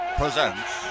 presents